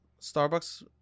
Starbucks